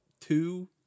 two